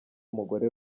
umugore